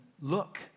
look